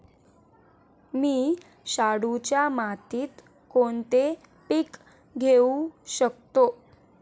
मी शाडूच्या मातीत कोणते पीक घेवू शकतो?